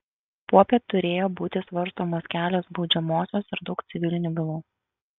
popiet turėjo būti svarstomos kelios baudžiamosios ir daug civilinių bylų